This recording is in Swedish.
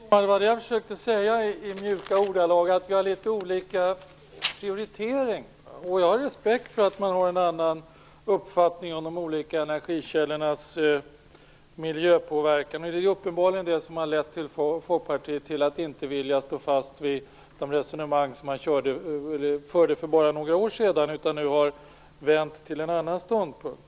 Fru talman! Det var det jag försökte säga, i mjuka ordalag, att vi har litet olika prioritering. Jag har respekt för att man har en annan uppfattning om de olika energikällornas miljöpåverkan. Det är uppenbarligen det som har lett Folkpartiet till att inte vilja stå fast vid de resonemang som man förde för bara några år sedan. Nu har man en annan ståndpunkt.